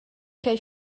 ch’ei